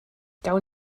gawn